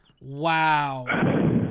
wow